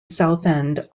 southend